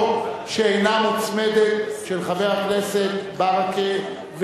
אנחנו עוברים להצעת החוק של חבר הכנסת מוחמד ברכה.